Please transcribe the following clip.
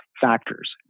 factors